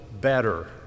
Better